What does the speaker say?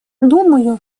думаю